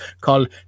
called